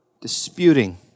disputing